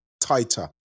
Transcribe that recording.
tighter